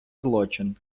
злочин